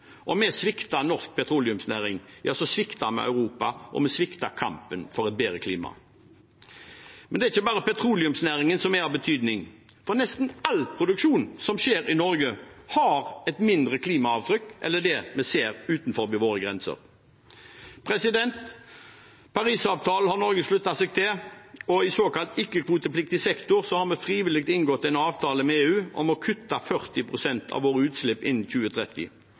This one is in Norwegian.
Om vi svikter norsk petroleumsnæring, svikter vi Europa, og vi svikter kampen for et bedre klima. Det er ikke bare petroleumsnæringen som er av betydning. For nesten all produksjon som skjer i Norge, har et mindre klimaavtrykk enn det vi ser utenfor våre grenser. Parisavtalen har Norge sluttet seg til, og i såkalt ikke-kvotepliktig sektor har vi frivillig inngått en avtale med EU om å kutte 40 pst. av våre utslipp innen 2030.